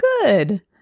good